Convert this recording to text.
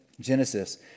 Genesis